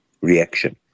reaction